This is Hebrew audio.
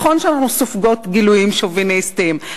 נכון שאנחנו סופגות גילויים שוביניסטיים,